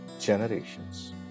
generations